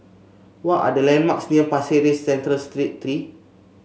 what are the landmarks near Pasir Ris Central Street Three